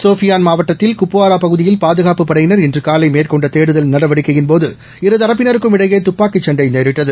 சோபியான் மாவட்டத்தில் குப்வாரா பகுதியில் பாதுகாப்புப் படையினர் இன்று காலை மேற்கொண்ட தேடுதல் நடவடிக்கையின்போது இரு தரப்பினருக்கும் இடையே துப்பாக்கி சண்டை நேரிட்டது